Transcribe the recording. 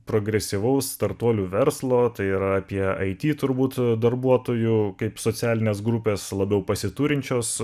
progresyvaus startuolių verslo tai yra apie it turbūt darbuotojų kaip socialinės grupės labiau pasiturinčios